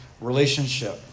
relationship